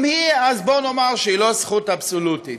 גם היא, בוא נאמר שהיא לא זכות אבסולוטית,